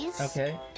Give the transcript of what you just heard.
Okay